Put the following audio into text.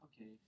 Okay